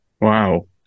Wow